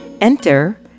Enter